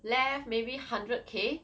left maybe hundred k